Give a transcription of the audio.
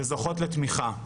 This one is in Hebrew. וזוכות לתמיכה.